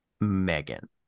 megan